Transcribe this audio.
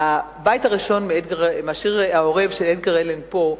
הבית הראשון מהשיר "העורב" של אדגר אלן פו,